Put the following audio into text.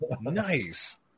Nice